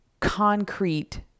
concrete